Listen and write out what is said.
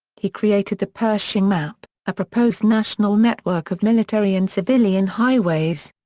he created the pershing map, a proposed national network of military and civilian highways.